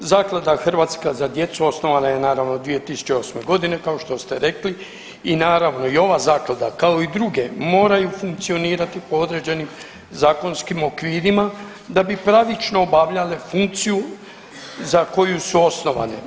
Zaklada „Hrvatska za djecu“ osnovana je naravno 2008.g. kao što ste rekli i naravno i ova zaklada kao i druge moraju funkcionirati po određenim zakonskim okvirima da bi pravično obavljale funkciju za koju su osnovane.